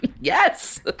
Yes